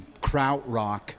Krautrock